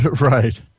Right